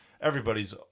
everybody's